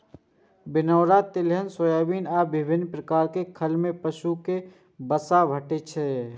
बिनौला, तिलहन, सोयाबिन आ विभिन्न प्रकार खल सं पशु कें वसा भेटै छै